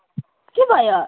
के भयो